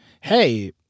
hey